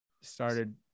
started